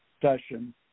session